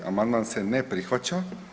Amandman se ne prihvaća.